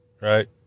right